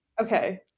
Okay